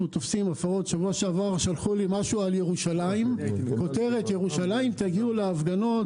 בשבוע שעבר שלחו לי משהו על ירושלים עם כותרת: תגיעו לירושלים להפגין.